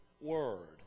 word